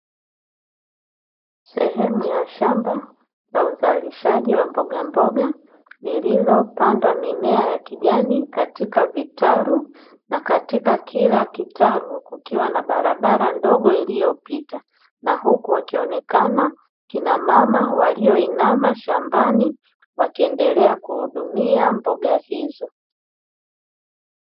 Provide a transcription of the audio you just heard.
Sehemu ya shamba la uzalishaji wa mboga mboga lililopandwa mimea ya kijani katika vitaru, na katika kila kitaru kukiwa na barabara ndogo iliyopita, na huku wakionekana kinamama walioinama shambani wakiendelea kuhudumia mboga hizo.